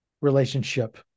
relationship